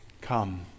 come